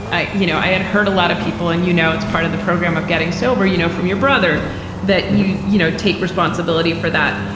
you know i had heard a lot of people and you know it's part of the program of getting sober you know from your brother that you you know take responsibility for that.